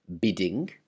bidding